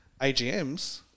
AGMs